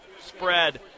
spread